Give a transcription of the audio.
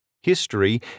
History